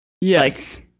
Yes